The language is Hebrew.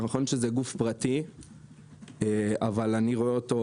נכון שהוא גוף פרטי אבל אני רואה אותו,